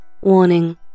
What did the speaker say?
Warning